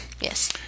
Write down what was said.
Yes